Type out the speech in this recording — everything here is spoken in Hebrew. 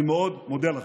אני מאוד מודה לכם.